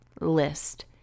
list